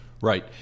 Right